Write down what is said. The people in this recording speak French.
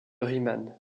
riemann